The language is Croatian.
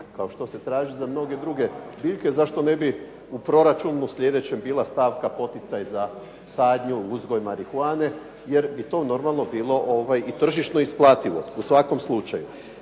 kao što se traži za mnoge druge biljke, zašto ne bi bila u proračunu sljedećem bila stavka poticaj za sadnju, uzgoj marihuane, jer bi to normalno i tržišno bilo isplativo u svakom slučaju.